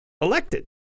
elected